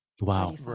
Wow